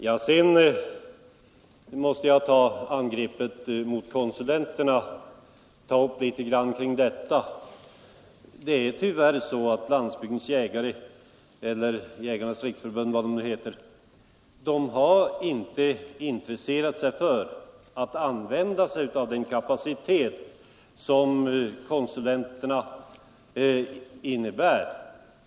Därefter måste jag ta upp det angrepp som riktades mot konsulenterna. Tyvärr har Jägarnas riksförbund-Landsbygdens jägare inte intresserat sig för att använda den kapacitet som konsulterna besitter.